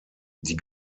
die